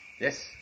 Yes